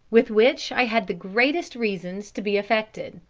with which i had the greatest reason to be affected.